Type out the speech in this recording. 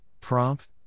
prompt